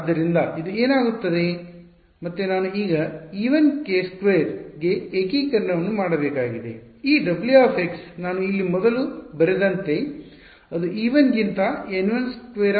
ಆದ್ದರಿಂದ ಇಲ್ಲಿ ಏನಾಗುತ್ತದೆ ಮತ್ತೆ ನಾನು ಈಗ e1 k2 ಗೆ ಏಕೀಕರಣವನ್ನು ಮಾಡಬೇಕಾಗಿದೆ ಈ w ನಾನು ಇಲ್ಲಿ ಮೊದಲು ಬರೆದಂತೆ ಅದು e1 ಗಿಂತ N 12 ಮತ್ತು U ಆಗಿರುತ್ತದೆ